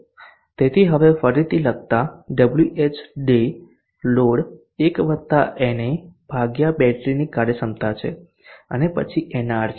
તેથી હવે ફરીથી લખતા Whday લોડ 1 વત્તા na ભાગ્યા બેટરીની કાર્યક્ષમતા છે અને પછી nr છે